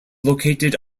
located